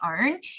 own